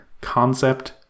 concept